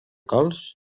cols